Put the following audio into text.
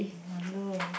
no wonder